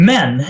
Men